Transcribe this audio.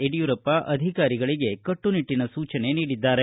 ಯಡಿಯೂರಪ್ಪ ಅಧಿಕಾರಿಗಳಿಗೆ ಕಟ್ಟುನಿಟ್ಟನ ಸೂಚನೆ ನೀಡಿದ್ದಾರೆ